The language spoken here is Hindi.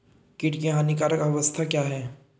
कीट की हानिकारक अवस्था क्या है?